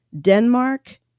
Denmark